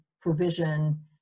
provision